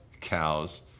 cows